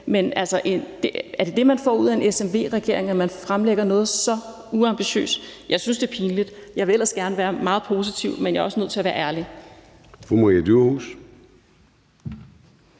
Men er det det, man får ud af en SVM-regering, at der bliver fremlagt noget så uambitiøst? Jeg synes, det er pinligt. Jeg vil ellers gerne være meget positiv, men jeg er også nødt til at være ærlig.